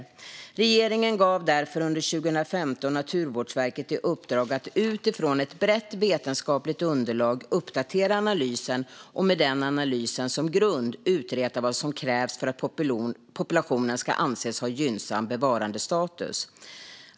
Regeringen gav därför under 2015 Naturvårdsverket i uppdrag att utifrån ett brett vetenskapligt underlag uppdatera analysen och att med den nya analysen som grund utreda vad som krävs för att populationen ska anses ha gynnsam bevarandestatus.